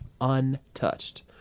untouched